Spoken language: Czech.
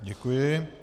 Děkuji.